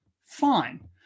Fine